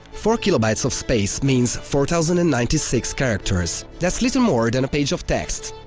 four kilobytes of space means four thousand and ninety six characters. that's little more than a page of text.